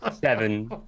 Seven